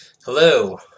Hello